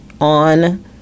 on